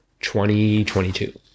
2022